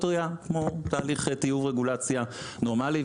RIA כמו תהליך טיוב רגולציה נורמלי,